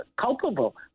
culpable